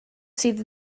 sydd